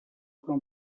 plan